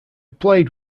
played